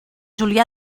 julià